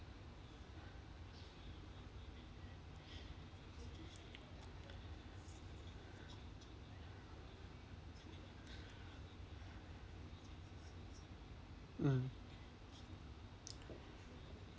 mm